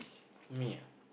me ah